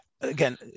again